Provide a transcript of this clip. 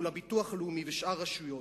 מול הביטוח הלאומי ושאר רשויות.